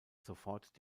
sofort